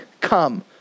come